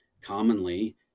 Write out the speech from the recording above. Commonly